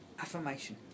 Affirmation